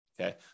Okay